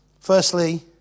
Firstly